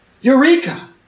Eureka